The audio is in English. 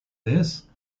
this